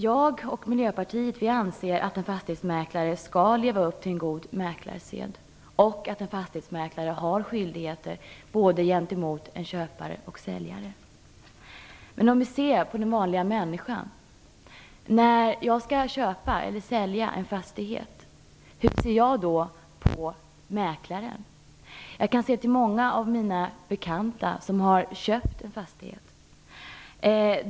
Jag och Miljöpartiet anser att en fastighetsmäklare skall leva upp till en god mäklarsed och att en fastighetsmäklare har skyldigheter gentemot både en köpare och en säljare. När den vanliga människan skall köpa eller sälja en fastighet, hur ser då han eller hon på mäklaren? Jag kan se till många av mina bekanta som har köpt en fastighet.